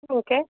okay